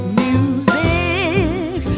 music